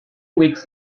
weeks